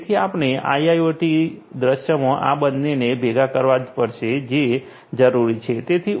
તેથી આપણે આઈઆઈઓટી દૃશ્યમાં આ બંનેને ભેગા કરવા પડશે જે જરૂરી છે